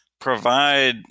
provide